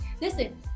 Listen